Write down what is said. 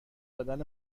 دادن